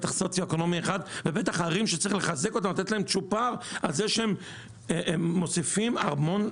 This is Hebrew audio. כרגע יש נתונים של חודש אחד וניתן לראות שאין גידול בפדיון.